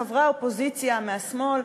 חברי האופוזיציה מהשמאל,